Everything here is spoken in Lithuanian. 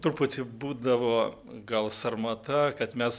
truputį būdavo gal sarmata kad mes